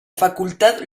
facultad